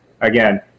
again